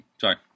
Sorry